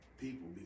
people